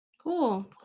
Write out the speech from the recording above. Cool